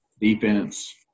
defense